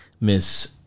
Miss